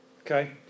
Okay